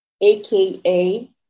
aka